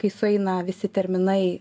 kai sueina visi terminai